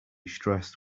stressed